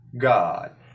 god